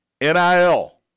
NIL